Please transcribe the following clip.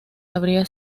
habría